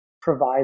provide